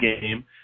game